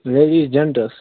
سٲرِی جیٚنٛٹس